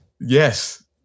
Yes